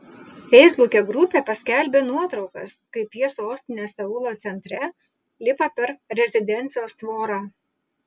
feisbuke grupė paskelbė nuotraukas kaip jie sostinės seulo centre lipa per rezidencijos tvorą